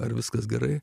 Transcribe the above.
ar viskas gerai